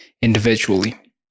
individually